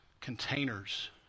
containers